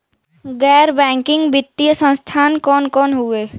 गैर बैकिंग वित्तीय संस्थान कौन कौन हउवे?